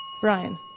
Brian